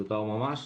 תואר ממש,